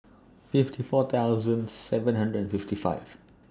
fifty four thousand seven hundred and fifty five